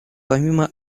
помимо